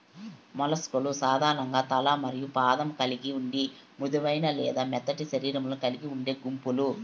mollusc లు సాధారణంగా తల మరియు పాదం కలిగి ఉండి మృదువైన లేదా మెత్తటి శరీరాలను కలిగి ఉండే గుంపులు